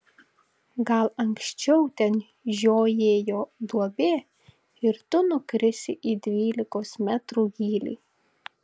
gal anksčiau ten žiojėjo duobė ir tu nukrisi į dvylikos metrų gylį